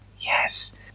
Yes